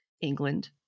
England